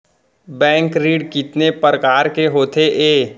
Bank ऋण कितने परकार के होथे ए?